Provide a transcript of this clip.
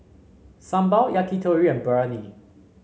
Sambar Yakitori and Biryani